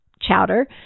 chowder